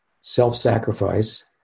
self-sacrifice